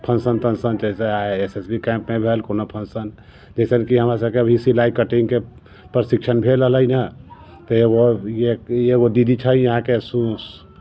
function तन्शन तेकरा चाहे एस एस बी कैम्पमे भेल कोनो फन्शन जइसे कि हमर सभके अभी सिलाइ कटिंगके प्रशिक्षण भेल रहले है एगो तऽ एगो दीदी छै यहाँके सूस